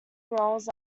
roles